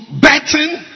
betting